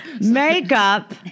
makeup